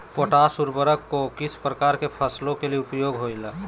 Potash उर्वरक को किस प्रकार के फसलों के लिए उपयोग होईला?